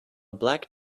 black